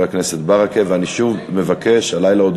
חבר הכנסת ברכה.